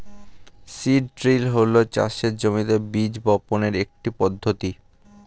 seed drill হল চাষের জমিতে বীজ বপনের একটি পদ্ধতি